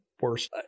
worse